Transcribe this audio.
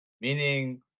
Meaning